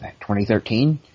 2013